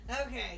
Okay